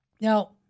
Now